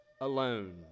alone